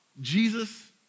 Jesus